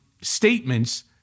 statements